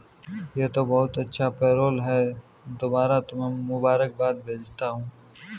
यह तो बहुत अच्छा पेरोल है दोबारा तुम्हें मुबारकबाद भेजता हूं